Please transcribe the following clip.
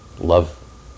love